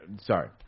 sorry